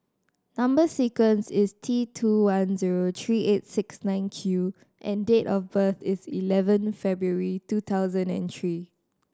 number sequence is T two one zero three eight six nine Q and date of birth is eleven February two thousand and three